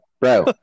bro